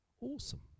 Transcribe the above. Awesome